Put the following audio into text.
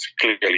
clearly